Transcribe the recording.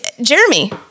Jeremy